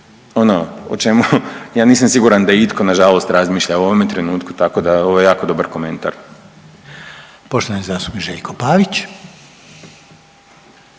ono, o čemu, ja nisam siguran da itko nažalost razmišlja u ovome trenutku, tako da, ovo je jako dobar komentar. **Reiner, Željko